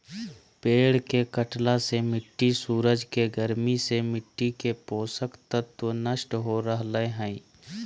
पेड़ के कटला से मिट्टी सूरज के गर्मी से मिट्टी के पोषक तत्व नष्ट हो रहल हई